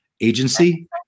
agency